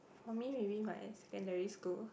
for me maybe my secondary school